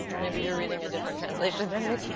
maybe you're reading a different translation than me?